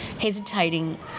hesitating